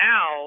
Now